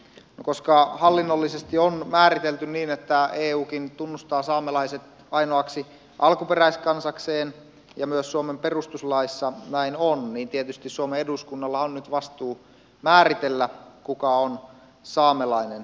koska hallinnollisesti on määritelty niin että eukin tunnustaa saamelaiset ainoaksi alkuperäiskansakseen ja myös suomen perustuslaissa näin on niin tietysti suomen eduskunnalla on nyt vastuu määritellä kuka on saamelainen